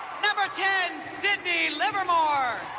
number ten, sydney livermore.